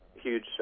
huge